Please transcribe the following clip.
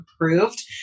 approved